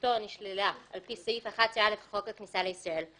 שתושבתו נשללה על פי סעיף 11א לחוק הכניסה לישראל,